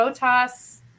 Botas